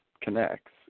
connects